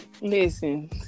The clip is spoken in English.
Listen